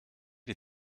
les